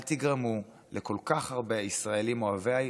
אל תגרמו לכל כך הרבה ישראלים אוהבי